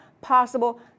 possible